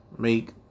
make